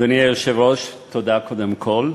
אדוני היושב-ראש, תודה, קודם כול,